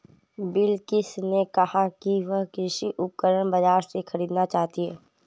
बिलकिश ने कहा कि वह कृषि उपकरण बाजार से खरीदना चाहती है